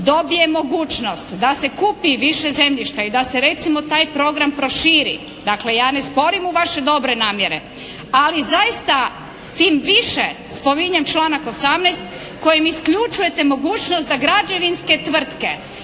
dobije mogućnost da se kupi više zemljišta i da se recimo taj program proširi. Dakle, ja ne sporim u vaše dobre namjere, ali zaista tim više spominjem članak 18. kojim isključujete mogućnost da građevinske tvrtke